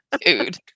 dude